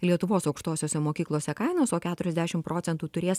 lietuvos aukštosiose mokyklose kainos o keturiasdešim procentų turės